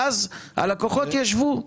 ואז הלקוחות ישוו,